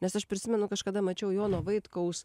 nes aš prisimenu kažkada mačiau jono vaitkaus